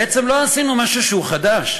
בעצם לא עשינו משהו חדש,